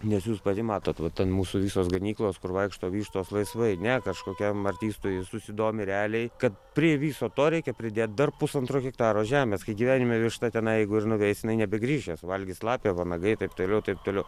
nes jūs pati matot va ten mūsų visos ganyklos kur vaikšto vištos laisvai ne kažkokiam susidomi realiai kad prie viso to reikia pridėt dar pusantro hektaro žemės kai gyvenime višta tenai jeigu ir nueis jinai nebegrįš ją suvalgys lapė vanagai taip toliau taip toliau